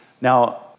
Now